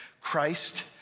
Christ